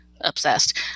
obsessed